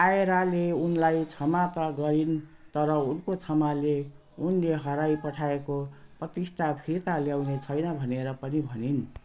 आयराले उनलाई क्षमा त गरिन् तर उनको क्षमाले उनले हराइपठाएको प्रतिष्ठा फिर्ता ल्याउने छैन भनेर पनि भनिन्